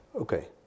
Okay